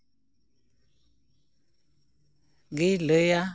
ᱜᱮᱭ ᱞᱟᱹᱭᱟ